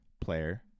player